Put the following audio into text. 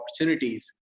opportunities